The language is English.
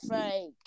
fake